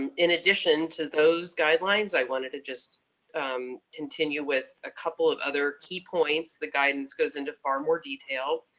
and in addition to those guidelines, i wanted to just continue with a couple of other key points. the guidance goes into far more detail,